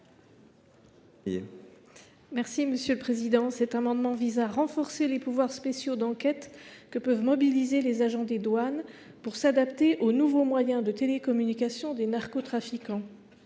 l’amendement n° 25 rectifié. Cet amendement vise à renforcer les pouvoirs spéciaux d’enquête que peuvent mobiliser les agents des douanes pour s’adapter aux nouveaux moyens de télécommunication des narcotrafiquants.